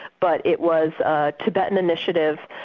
but it was tibetan initiative,